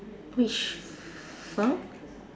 which firm